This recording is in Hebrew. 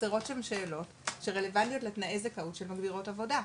חסרות שם שאלות שרלוונטיות לתנאי זכאיות של מגבירות עבודה,